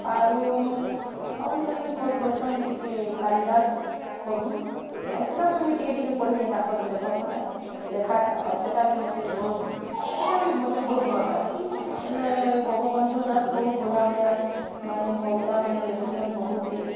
ଆରୁ ସେ ଆଉ ଜଣେ ବି କବି ଅଛନ୍ ସେ କାଳୀ ଦାସ୍ କବି ଆଉ ସେଇଟା ବି ମୁଁଇ ଟିକେ ଟିକେ ପଢ଼ିଛେଁ ତାଙ୍କର୍ ଲେଖକଟା ଲେଖାଟା ଆଉ ସେଟା ବି ମୋତେ ବହୁତ୍ ସେଟା ବି ମୋତେ ବହୁତ୍ ଭଲ୍ ଲାଗସି ହେଲେ ଗୋପବନ୍ଧୁ ଦାସ୍ ବହୁତ୍ ବଢ଼ିଆ ବଢ଼ିଆ ମାନେ କବିତା ମାନେ ଲେଖିଛନ୍ ବହୁତ୍ ଟେ